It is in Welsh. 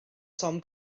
tom